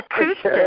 acoustic